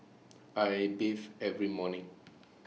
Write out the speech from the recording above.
I bathe every morning